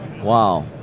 Wow